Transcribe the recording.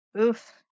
oof